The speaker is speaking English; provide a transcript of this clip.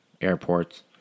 airports